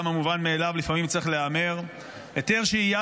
גם המובן מאליו לפעמים צריך להיאמר: היתר שהייה